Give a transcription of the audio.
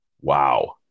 Wow